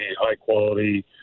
high-quality